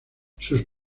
sus